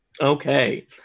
Okay